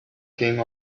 came